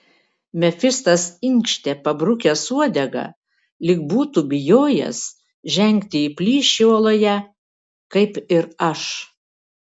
mefistas inkštė pabrukęs uodegą lyg būtų bijojęs žengti į plyšį uoloje kaip ir aš